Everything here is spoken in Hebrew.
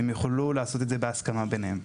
והם יוכלו לעשות את זה בהסכמה ביניהם.